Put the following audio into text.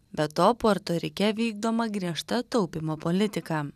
be to puerto rike vykdoma griežta taupymo politika